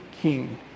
king